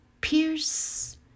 pierce